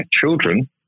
children